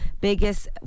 biggest